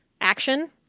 action